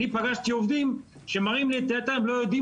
אני פגשתי עובדים שמראים לי את ההיתר ולא יודעים